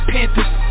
Panthers